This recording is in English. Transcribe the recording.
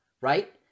right